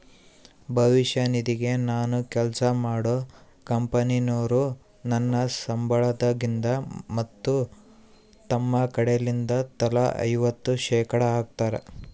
ಭವಿಷ್ಯ ನಿಧಿಗೆ ನಾನು ಕೆಲ್ಸ ಮಾಡೊ ಕಂಪನೊರು ನನ್ನ ಸಂಬಳಗಿಂದ ಮತ್ತು ತಮ್ಮ ಕಡೆಲಿಂದ ತಲಾ ಐವತ್ತು ಶೇಖಡಾ ಹಾಕ್ತಾರ